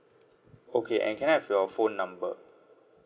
okay and can I have your phone number